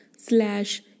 Slash